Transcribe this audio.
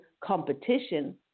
competition